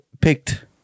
picked